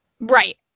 Right